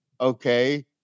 okay